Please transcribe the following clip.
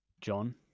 john